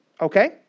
Okay